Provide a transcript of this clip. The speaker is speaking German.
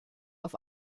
auf